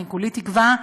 כולי תקווה,